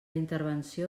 intervenció